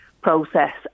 process